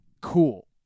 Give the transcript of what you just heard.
cool